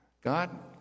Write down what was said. God